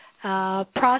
process